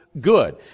good